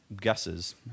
guesses